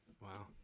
wow